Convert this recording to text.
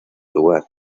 lugar